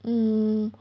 mm